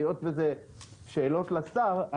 היות ואלה שאלות לשר,